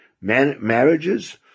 marriages